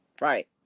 Right